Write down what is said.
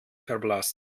verblasst